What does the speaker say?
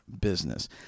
business